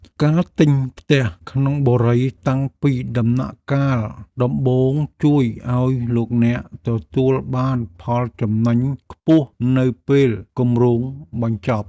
ការទិញផ្ទះក្នុងបុរីតាំងពីដំណាក់កាលដំបូងជួយឱ្យលោកអ្នកទទួលបានផលចំណេញខ្ពស់នៅពេលគម្រោងបញ្ចប់។